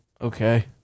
Okay